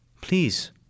please